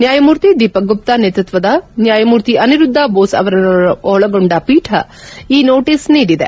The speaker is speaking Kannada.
ನ್ಯಾಯಮೂರ್ತಿ ದೀಪಕ್ ಗುಪ್ತಾ ನೇತ್ಪತ್ಸದ ನ್ನಾಯಮೂರ್ತಿ ಅನಿರುದ್ದ ಬೋಸ್ ಅವರನ್ನೊ ಳಗೊಂಡ ಪೀಠ ಈ ನೋಟಿಸ್ ನೀಡಿದೆ